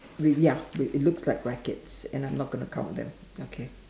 with ya with it looks like rackets and I'm not gonna count them okay